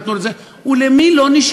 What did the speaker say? נתנו לזה, נתנו לזה, ולמי לא נשאר?